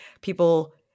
people –